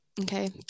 okay